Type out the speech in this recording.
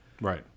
right